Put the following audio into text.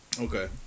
Okay